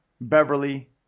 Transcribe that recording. beverly